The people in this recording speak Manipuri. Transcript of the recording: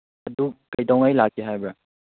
ꯑꯗꯨ ꯀꯩꯗꯧꯉꯩ ꯂꯥꯛꯀꯦ ꯍꯥꯏꯕ꯭ꯔꯥ